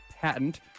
patent